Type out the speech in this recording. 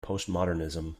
postmodernism